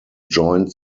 joined